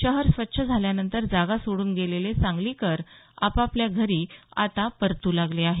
शहर स्वच्छ झाल्यानंतर जागा सोड्रन गेलेले सांगलीकरही आपापल्या घरी परतू लागले आहेत